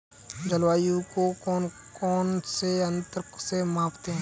जलवायु को कौन से यंत्र से मापते हैं?